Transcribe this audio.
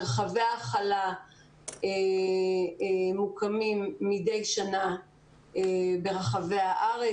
מרחבי ההכלה מוקמים מדי שנה ברחבי הארץ.